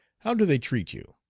how do they treat you?